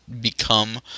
become